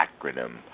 acronym